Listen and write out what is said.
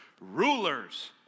rulers